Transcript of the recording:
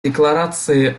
декларации